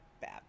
bad